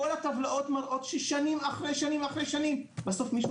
כל הטבלאות מראות ששנים על גבי שנים ובסוף מישהו